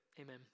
Amen